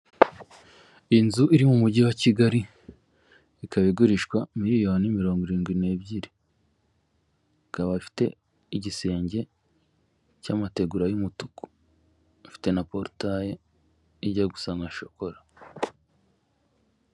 Inzu iri mu mujyi wa kigali ikaba igurishwa miliyoni mirongo irindwi n'ebyiri, ikaba ifite igisenge cy'amategura y'umutuku, ifite na porotayi ijya gusa nka shokora.